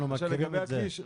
אנחנו מכירים את זה.